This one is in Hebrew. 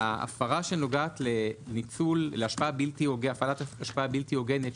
ההפרה שנוגעת להפעלת השפעה בלתי הוגנת,